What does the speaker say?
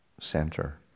center